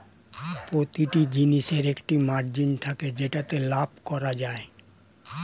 প্রতিটি জিনিসের একটা মার্জিন থাকে যেটাতে লাভ করা যায়